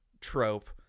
trope